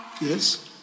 Yes